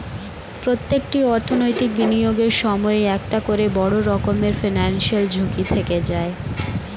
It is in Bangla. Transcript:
প্রত্যেকটি অর্থনৈতিক বিনিয়োগের সময়ই একটা করে বড় রকমের ফিনান্সিয়াল ঝুঁকি থেকে যায়